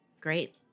Great